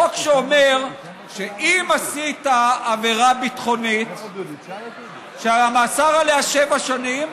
חוק שאומר שאם עשית עבירה ביטחונית שהמאסר עליה שבע שנים,